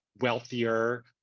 wealthier